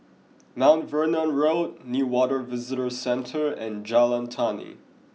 Mount Vernon Road Newater Visitor Centre and Jalan Tani